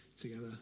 together